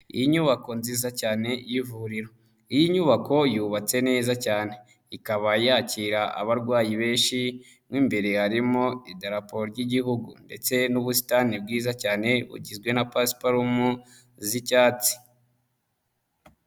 Inyubako nziza cyane y'ivuriro, iyi nyubako yubatse neza cyane ikaba yakira abarwayi benshi, mo imbere harimo Idarapo ry'Igihugu ndetse n'ubusitani bwiza cyane bugizwe na pasiparumu z'icyatsi.